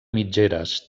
mitgeres